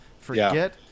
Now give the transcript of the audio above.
Forget